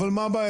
אבל מה הבעיה?